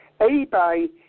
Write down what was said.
eBay